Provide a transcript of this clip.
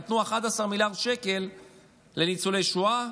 נתנו 11 מיליארד שקל לניצולי שואה,